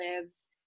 lives